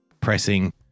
pressing